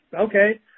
okay